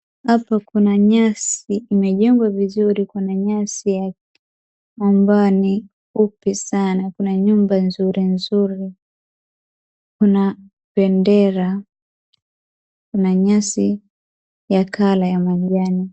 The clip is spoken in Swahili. Hapa kuna nyasi imejengwa vizuri kuna nyasi ambayo ni nzuri sana kuna nyumba nzuri nzuri kuna bendera kuna nyasi ya colour ya manjano.